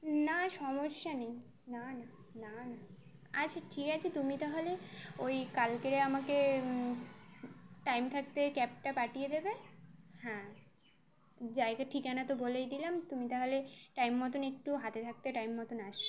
না সমস্যা নেই না না না না আচ্ছা ঠিক আছে তুমি তাহলে ওই কালকেই আমাকে টাইম থাকতে ক্যাবটা পাঠিয়ে দেবে হ্যাঁ জায়গা ঠিকানা তো বলেই দিলাম তুমি তাহলে টাইম মতোন একটু হাতে থাকতে টাইম মতন আসো